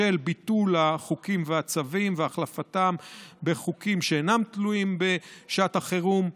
של ביטול החוקים והצווים והחלפתם בחוקים שאינם תלויים בשעת החירום.